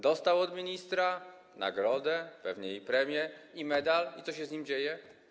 Dostał od ministra nagrodę, a pewnie i premię, i medal i co się z nim dzieje?